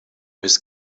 his